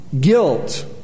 guilt